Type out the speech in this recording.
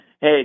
hey